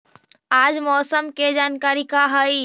आज मौसम के जानकारी का हई?